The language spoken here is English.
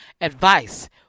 advice